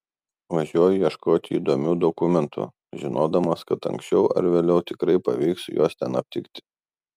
važiuoju ieškoti įdomių dokumentų žinodamas kad anksčiau ar vėliau tikrai pavyks juos ten aptikti